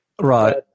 Right